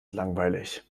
langweilig